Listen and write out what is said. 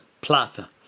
plaza